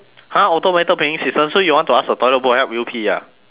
!huh! automated peeing system so you want to ask the toilet bowl help you pee ah